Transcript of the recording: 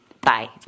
Bye